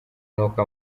n’uko